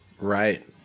Right